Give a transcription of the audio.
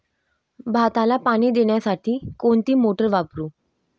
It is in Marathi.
भाताला पाणी देण्यासाठी कोणती मोटार वापरू?